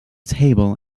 table